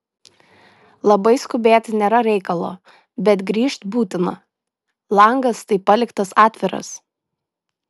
labai skubėti nėra reikalo bet grįžt būtina langas tai paliktas atviras